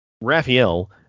Raphael